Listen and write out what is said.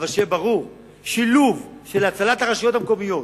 אבל שיהיה ברור שהשילוב של הצלת הרשויות המקומיות,